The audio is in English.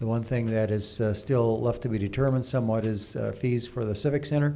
the one thing that is still left to be determined somewhat is fees for the civic center